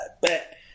bet